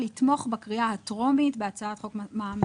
לתמוך בקריאה הטרומית בהצעת חוק מע"מ